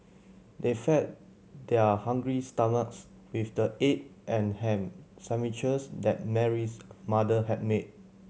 they fed their hungry stomachs with the egg and ham sandwiches that Mary's mother had made